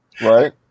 Right